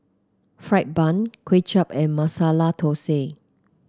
fried bun Kway Chap and Masala Thosai